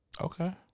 Okay